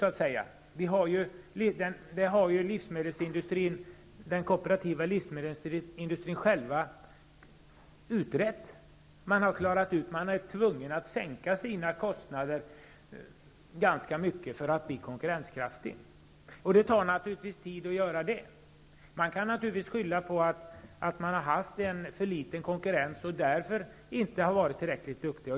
Detta har ju den kooperativa livsmedelsindustrin själv utrett. Man har klarat ut att man är tvungen att sänka sina kostnader ganska mycket för att bli konkurrenskraftig. Det tar tid att göra detta. Man kan naturligtvis skylla på att livsmedelsindustrin har haft för liten konkurrens och därför inte varit tillräckligt duktig.